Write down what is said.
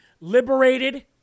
liberated